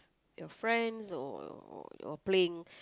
your friends or or or your playing